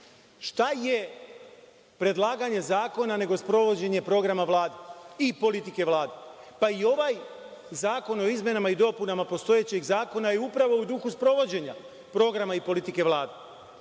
Šta je predlaganje zakona nego sprovođenje programa Vlade i politike Vlade? Pa, i ovaj zakon o izmenama i dopunama postojećeg zakona je upravo u duhu sprovođenja programa i politike Vlade.